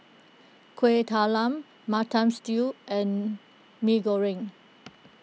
Kueh Talam Mutton Stew and Mee Goreng